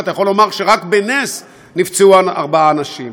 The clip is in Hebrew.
ואתה יכול לומר שרק בנס נפצעו ארבעה אנשים.